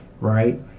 right